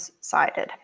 sided